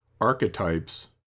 archetypes